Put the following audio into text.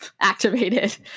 activated